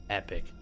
epic